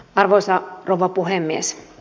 arvoisa rouva puhemies